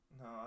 No